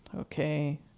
okay